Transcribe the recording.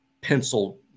pencil